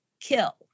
kill